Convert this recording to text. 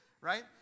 right